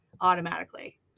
automatically